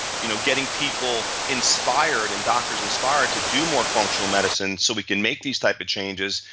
you know, getting people inspired and doctors inspired to do more functional medicine so we can make these type of changes,